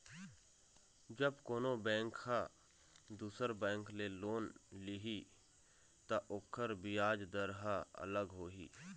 जब कोनो बेंक ह दुसर बेंक ले लोन लिही त ओखर बियाज दर ह अलग होही